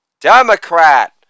Democrat